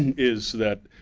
is that